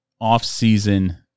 off-season